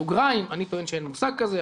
סוגריים: אני טוען שאין מושג כזה,